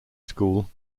school